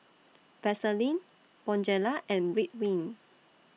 Vaselin Bonjela and Ridwind